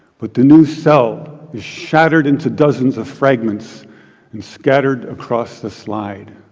but the new cell shattered into dozens of fragments and scattered across the slide.